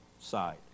side